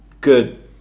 good